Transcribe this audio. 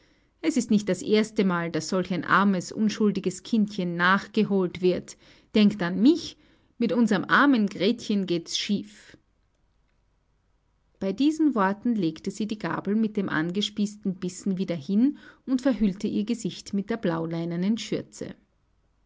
es ist nicht das erste mal daß solch ein armes unschuldiges kindchen nachgeholt wird denkt an mich mit unserem armen gretchen geht's schief bei diesen worten legte sie die gabel mit dem angespießten bissen wieder hin und verhüllte ihr gesicht mit der blauleinenen schürze